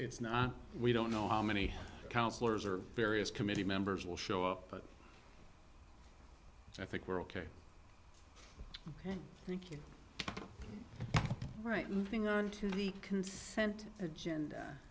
it's not we don't know how many counselors or various committee members will show up but i think we're ok thank you all right moving on to the consent